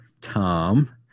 Tom